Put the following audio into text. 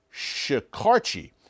Shikarchi